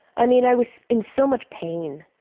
i mean i was in so much pain,